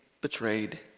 betrayed